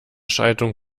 schaltung